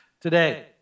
today